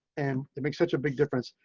and it makes such a big difference.